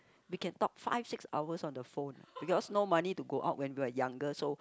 we can talk five six hours on the phone because no money to go out when we were younger so